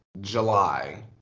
July